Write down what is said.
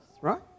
right